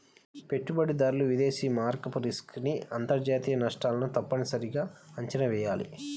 పెట్టుబడిదారులు విదేశీ మారకపు రిస్క్ ని అంతర్జాతీయ నష్టాలను తప్పనిసరిగా అంచనా వెయ్యాలి